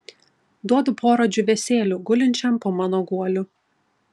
duodu porą džiūvėsėlių gulinčiam po mano guoliu